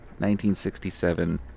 1967